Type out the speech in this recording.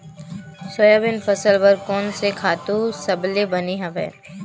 Soybean फसल बर कोन से खातु सबले बने हवय?